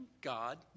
God